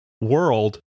world